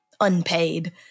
unpaid